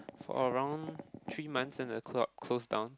for around three months and the club close down